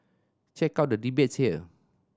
check out the debates here